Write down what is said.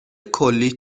کلی